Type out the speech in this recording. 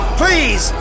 please